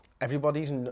everybody's